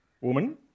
woman